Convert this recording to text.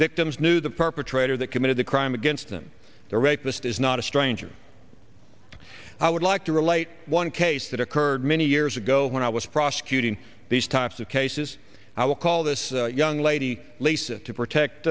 victims knew the perpetrator that committed the crime against them the rapist is not a stranger i would like to relate one case that occurred many years ago when i was prosecuting these types of cases i will call this young lady lisa to